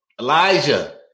Elijah